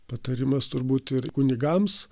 patarimas turbūt ir kunigams